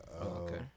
Okay